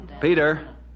Peter